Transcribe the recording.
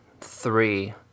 three